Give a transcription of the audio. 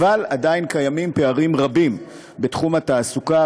עדיין קיימים פערים רבים בתחום התעסוקה,